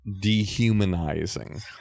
dehumanizing